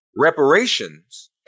Reparations